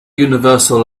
universal